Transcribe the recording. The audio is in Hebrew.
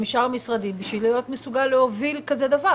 משאר המשרדים, כדי להיות מסוגל להוביל כזה דבר.